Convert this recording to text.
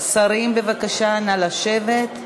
שרים, בבקשה, נא לשבת.